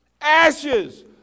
ashes